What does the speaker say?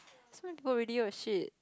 so many people already oh shit